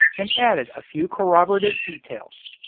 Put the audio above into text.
and added a few corroborative details.